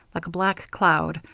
like a black cloud,